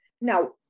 Now